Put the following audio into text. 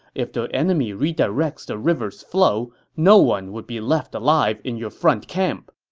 if the enemy redirects the river's flow, no one would be left alive in your front camp.